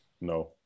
No